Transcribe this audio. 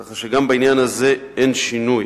כך שגם בעניין הזה אין שינוי.